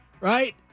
right